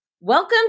Welcome